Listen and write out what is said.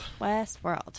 Westworld